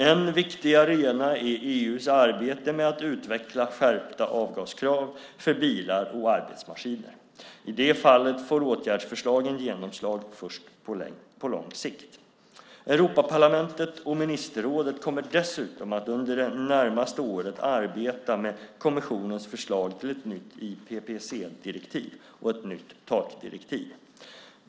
En viktig arena är EU:s arbete med att utveckla skärpta avgaskrav för bilar och arbetsmaskiner. I det fallet får åtgärdsförslagen genomslag först på lång sikt. Europaparlamentet och ministerrådet kommer dessutom att under det närmaste året arbeta med kommissionens förslag till ett nytt IPPC-direktiv och ett nytt takdirektiv.